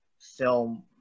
film